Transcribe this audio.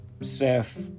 Seth